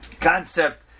concept